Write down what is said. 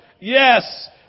Yes